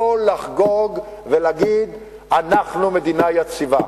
לא לחגוג ולהגיד אנחנו מדינה יציבה.